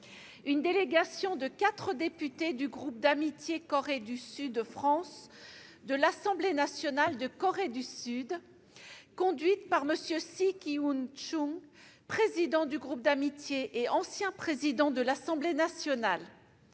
une délégation de quatre députés membres du groupe d'amitié Corée du Sud-France de l'Assemblée nationale de Corée du Sud, conduite par M. Sye kyun Chung, président du groupe d'amitié et ancien président de l'Assemblée nationale